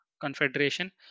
confederation